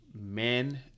men